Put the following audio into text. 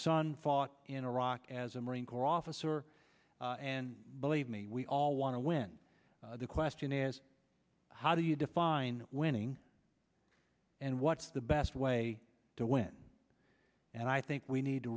son fought in iraq as a marine corps officer and believe me we all want to win the question is how do you define winning and what's the best way to win and i think we need to